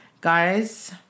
guys